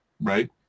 right